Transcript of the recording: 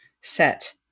set